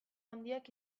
handiak